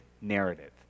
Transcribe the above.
narrative